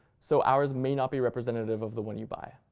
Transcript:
so ours may not be representative of the one you buy.